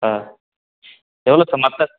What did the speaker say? ஆ எவ்வளோ சார் மற்ற